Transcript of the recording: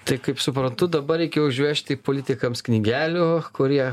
tai kaip suprantu dabar reikia užvežti politikams knygelių kurie